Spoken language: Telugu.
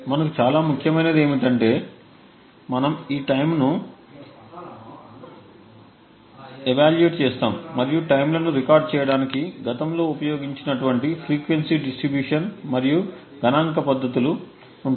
మనకు చాలా ముఖ్యమైనది ఏమిటంటే మనం ఈ టైమ్లను ఎవాల్యూయేట్ చేస్తాము మరియు టైమ్లను రికార్డ్ చేయడానికి గతంలో ఉపయోగించినటువంటి ఫ్రీక్వెన్సీ డిస్ట్రిబ్యూషన్ మరియు గణాంక పద్ధతులు ఉంటాయి